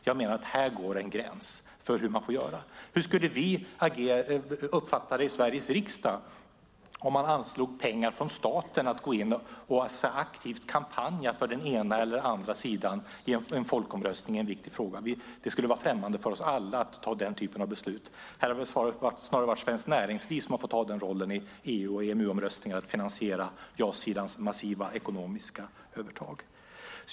Jag menar att här går en gräns för hur man får göra. Hur skulle vi uppfatta det i Sveriges riksdag om man från staten anslog pengar för att gå in och aktivt kampanja för den ena eller den andra sidan i en folkomröstning om en viktig fråga? Det skulle vara främmande för oss alla att ta den typen av beslut. Här har det snarare varit Svenskt Näringsliv som har fått ta den rollen i EU och EMU-omröstningar för att finansiera jasidans massiva ekonomiska övertag.